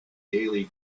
daily